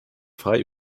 frei